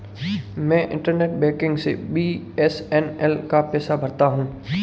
मैं internet banking से बी.एस.एन.एल का पैसा भरता हूं